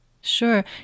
sure